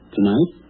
Tonight